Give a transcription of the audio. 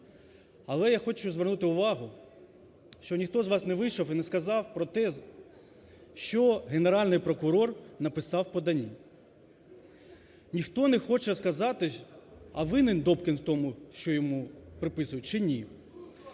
Але я хочу звернути увагу, що ніхто з вас не вийшов і не сказав про те, що Генеральний прокурор написав подання. Ніхто не хоче сказати, а винен Добкін в тому, що йому приписують, чи ні.